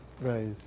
Right